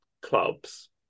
clubs